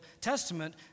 Testament